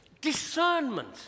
discernment